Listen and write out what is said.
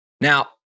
Now